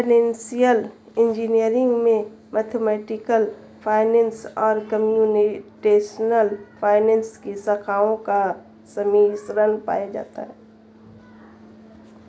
financial engineering में mathematical finance और computational finance की शाखाओं का सम्मिश्रण पाया जाता है